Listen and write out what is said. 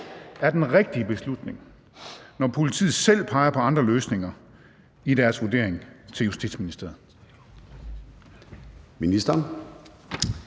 er den rigtige beslutning, når politiet selv peger på andre løsninger i deres vurdering til Justitsministeriet?